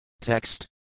Text